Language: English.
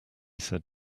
said